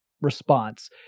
response